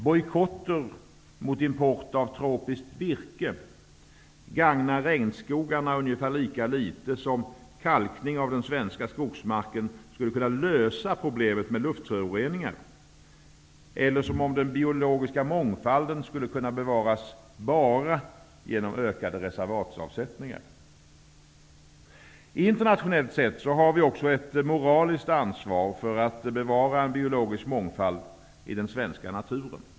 Bojkotter mot import av tropiskt virke gagnar regnskogarna ungefär lika litet som kalkning av den svenska skogsmarken skulle kunna lösa problemet med luftföroreningar och lika litet som den biologiska mångfalden skulle kunna bevaras enbart genom ökade reservatsavsättningar. Internationellt sett har vi också ett moralliskt ansvar för att bevara en biologisk mångfald i den svenska naturen.